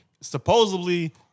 supposedly